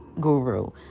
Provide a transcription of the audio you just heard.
guru